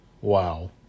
Wow